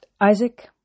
Isaac